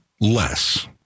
less